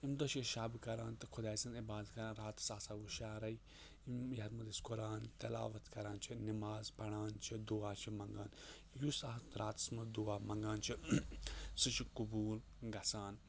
اَمہِ دۄہ چھِ أسۍ شَب کَران تہٕ خۄداے سٕنٛز عبادت کَران راتَس آسان وُشارَے یِم یَتھ منٛز أسۍ قۄران تِلاوَت کَران چھِ نماز پَڑان چھِ دُعا چھِ منٛگان یُس اَتھ راتَس منٛز دُعا مَنٛگان چھِ سُہ چھِ قبوٗل گَژھان